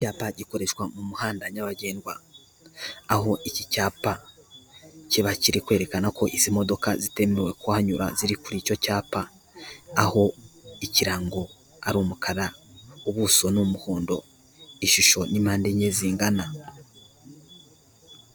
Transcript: Icyapa gikoreshwa mu muhanda nyabagendwa, aho iki cyapa kiba kiri kwerekana ko izi modoka zitemewe kuhanyura ziri kuri icyo cyapa, aho ikirango ari umukara ubuso n'umuhondo ishusho n'impande enye zingana.